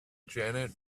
janet